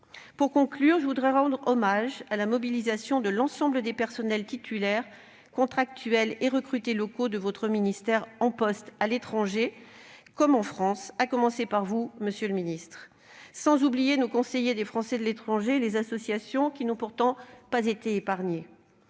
Pour conclure, je veux rendre hommage à la mobilisation de l'ensemble du personnel- titulaires, contractuels ou recrutés locaux -de votre ministère, en poste à l'étranger comme en France, à commencer par vous, monsieur le ministre, sans oublier nos conseillers des Français de l'étranger et les associations, qui n'ont pourtant pas été épargnés.